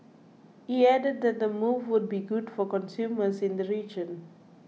he added that the move will be good for consumers in the region